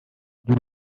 ry’u